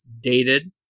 dated